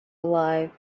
alive